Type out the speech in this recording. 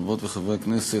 חברות וחברי הכנסת,